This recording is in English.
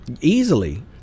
Easily